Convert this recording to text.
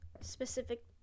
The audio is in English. specific